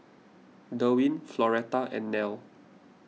Derwin Floretta and Nelle